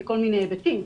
מכל מיני היבטים,